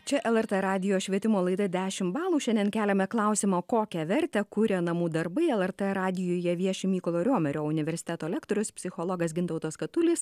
čia lrt radijo švietimo laida dešimt balų šiandien keliame klausimą kokią vertę kuria namų darbai lrt radijuje vieši mykolo riomerio universiteto lektorius psichologas gintautas katulis